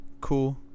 Cool